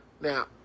Now